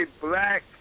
black